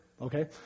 Okay